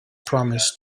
promise